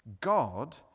God